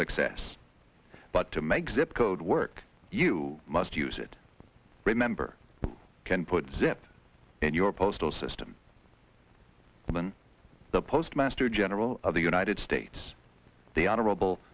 success but to make zip code work you must use it remember you can put zip in your postal system given the postmaster general of the united states the honorable